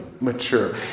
mature